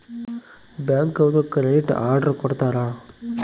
bank ಅವ್ರು credit card ಕೊಡ್ತಾರ